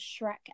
shrek